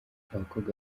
abakobwa